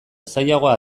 zailagoa